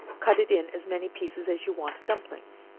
cut it in as many pieces as you want dumplings,